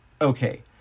Okay